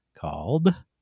called